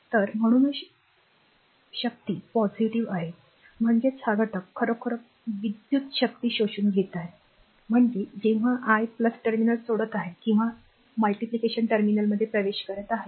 तर म्हणूनच शक्ती positiveसकारात्मक आहे म्हणजेच हा घटक खरोखर विद्युत शक्ती शोषून घेत आहे म्हणजे जेव्हा I टर्मिनल सोडत आहे किंवा टर्मिनलमध्ये प्रवेश करत आहे